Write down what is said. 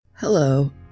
Hello